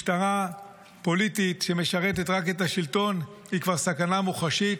משטרה פוליטית שמשרתת רק את השלטון היא כבר סכנה מוחשית.